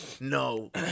No